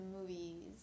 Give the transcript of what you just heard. movies